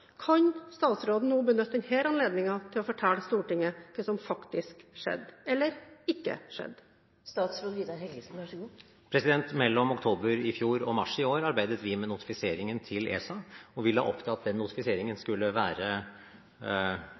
Kan statsråden nå benytte denne anledningen til å fortelle Stortinget hva som faktisk skjedde – eller ikke skjedde? Mellom oktober i fjor og mars i år arbeidet vi med notifiseringen til ESA, og vi la opp til at den notifiseringen skulle være